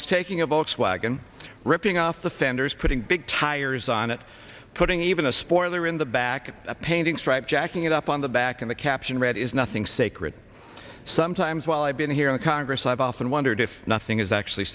was taking a volkswagen ripping off the fenders putting big tires on it putting even a spoiler in the back of a painting stripe jacking it up on the back in the caption read is nothing sacred sometimes while i've been here in congress i've often wondered if nothing is actually